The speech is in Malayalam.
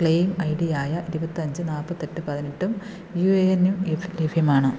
ക്ലെയിം ഐഡിയായ ഇരുപത്തി അഞ്ച് നാൽപ്പത്തി എട്ട് പതിനെട്ടും യൂ ഏ എന്നും ലഭ്യമാണ്